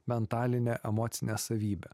mentalinė emocinė savybė